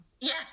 yes